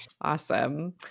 Awesome